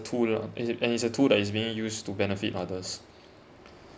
tool lah and it it's a tool that is being used to benefit others